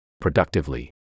productively